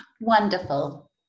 Wonderful